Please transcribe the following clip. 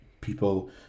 people